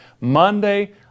Monday